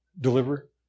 deliver